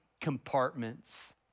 compartments